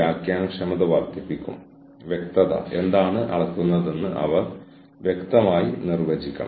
ഇത് ഒരുപക്ഷേ AC guard ലൈറ്റുകൾ കമ്പ്യൂട്ടറുകൾ മുതലായവയുടെ പ്രവർത്തനത്തിന്റെ കാര്യത്തിൽ ഉയർന്ന പ്രവർത്തനച്ചെലവിന് കാരണമാകുന്നു